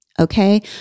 Okay